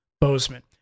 Bozeman